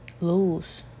lose